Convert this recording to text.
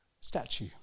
statue